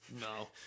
No